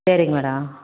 சேரிங்க மேடம்